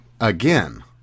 Again